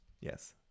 Yes